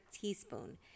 teaspoon